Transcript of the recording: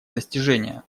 достижения